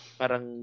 parang